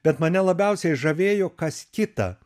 bet mane labiausiai žavėjo kas kita